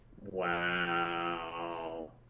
Wow